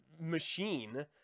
machine